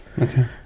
Okay